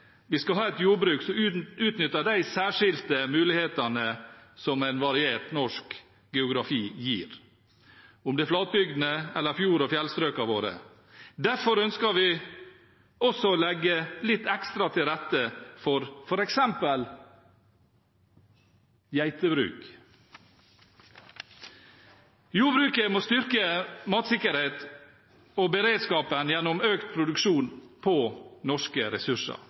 vi skal ha et jordbruk som utnytter de særskilte mulighetene som en variert norsk geografi gir, om det er flatbygdene eller fjord- og fjellstrøkene våre. Derfor ønsker vi også å legge litt ekstra til rette for f.eks. geitebruk. Jordbruket må styrke matsikkerheten og beredskapen gjennom økt produksjon på norske ressurser.